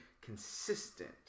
consistent